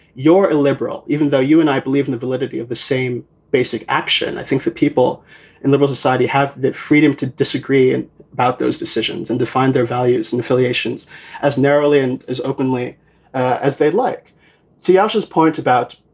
you're a liberal, even though you and i believe in the validity of the same basic action. i think for people in civil but society have the freedom to disagree about those decisions and define their values and affiliations as narrowly and as openly as they like to yoshio's points about.